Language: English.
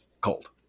cold